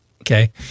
Okay